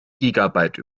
gigabyte